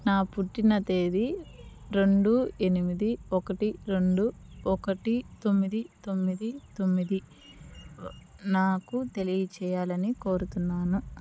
నా పుట్టిన తేదీ రొండు ఎనిమిది ఒకటి రెండు ఒకటి తొమ్మిది తొమ్మిది తొమ్మిది నాకు తెలియచేయాలని కోరుతున్నాను